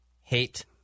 Hate